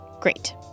Great